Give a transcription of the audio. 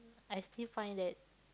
I still find that